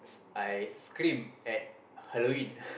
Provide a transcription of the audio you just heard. I screamed at Halloween